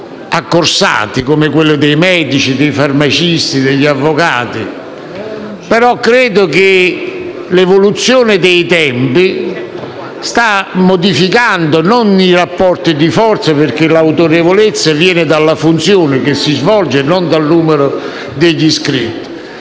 più accorsati, come quello dei medici, dei farmacisti e degli avvocati. Credo però che con l'evoluzione dei tempi - che non sta modificando i rapporti di forza, perché l'autorevolezza viene dalla funzione che si svolge e non dal numero degli iscritti